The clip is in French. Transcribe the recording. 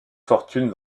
fortune